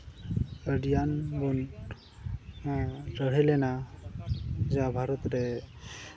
ᱟᱹᱰᱤᱜᱟᱱ ᱵᱚᱱ ᱞᱟᱹᱲᱦᱟᱹᱭ ᱞᱮᱱᱟ ᱡᱟ ᱵᱷᱟᱨᱚᱛ ᱨᱮ